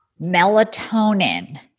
melatonin